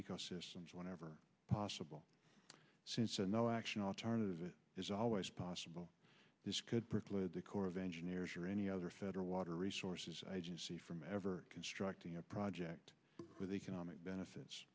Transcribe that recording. ecosystems whenever possible since no action alternative is always possible this could preclude the corps of engineers or any other federal water resources agency from ever constructing a project with economic benefits